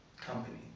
company